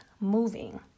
moving